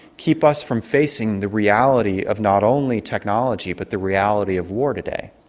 keep us from facing the reality of not only technology but the reality of war today?